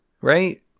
right